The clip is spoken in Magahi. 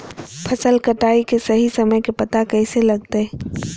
फसल कटाई के सही समय के पता कैसे लगते?